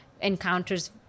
encounters